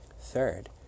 Third